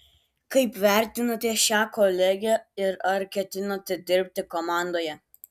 kaip vertinate šią kolegę ir ar ketinate dirbti komandoje